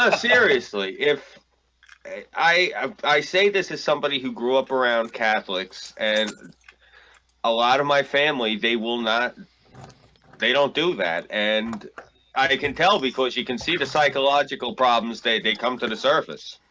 ah seriously if i i say, this is somebody who grew up around catholics and a lot of my family they will not they don't do that and i can tell because you can see the psychological problems they they come to the surface